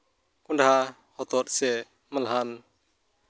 ᱠᱚᱸᱰᱷᱟ ᱦᱚᱛᱚᱫ ᱥᱮ ᱢᱟᱞᱦᱟᱱ